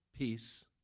peace